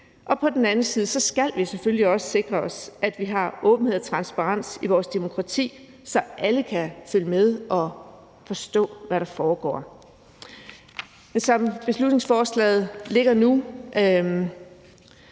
og på den anden side skal vi selvfølgelig også sikre os, at vi har åbenhed og transparens i vores demokrati, så alle kan følge med og forstå, hvad der foregår. Som beslutningsforslaget ligger nu,